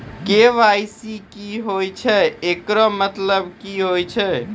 KYC की होय छै, एकरो मतलब की होय छै?